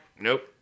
Nope